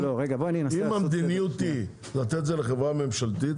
אם המדיניות היא לתת את זה לחברה ממשלתית,